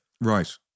Right